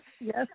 yes